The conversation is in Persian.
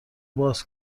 باز